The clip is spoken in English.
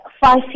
five